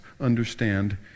understand